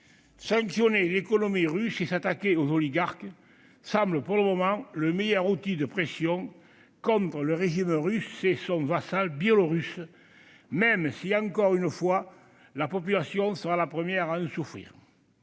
sanctionner l'économie russe et s'attaquer aux oligarques semblent constituer pour le moment le meilleur outil de pression contre le régime russe et son vassal biélorusse, même si, encore une fois, la population sera la première à en souffrir.